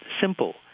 simple